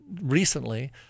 recently